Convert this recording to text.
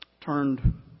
turned